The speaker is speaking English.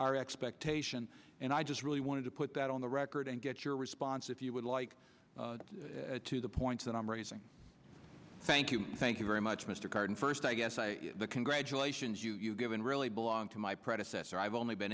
our expectation and i just really want to put that on the record and get your response if you would like to the point that i'm raising thank you thank you very much mr card first i guess i the congratulations you have given really belonged to my predecessor i've only been